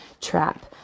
trap